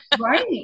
right